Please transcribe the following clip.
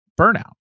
burnout